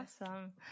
Awesome